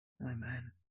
Amen